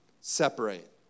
separate